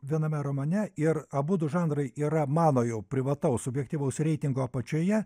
viename romane ir abudu žanrai yra mano jau privataus subjektyvaus reitingo apačioje